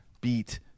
beat